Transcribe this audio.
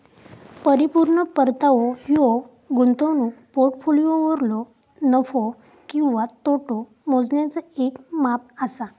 परिपूर्ण परतावो ह्यो गुंतवणूक पोर्टफोलिओवरलो नफो किंवा तोटो मोजण्याचा येक माप असा